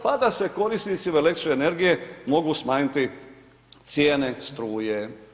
Pa da se korisnicima električne energije mogu smanjiti cijene struje.